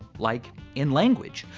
like in language,